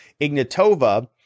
Ignatova